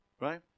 Right